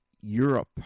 Europe